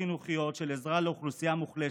חינוכיות של עזרה לאוכלוסייה המוחלשת.